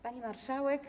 Pani Marszałek!